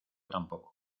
tampoco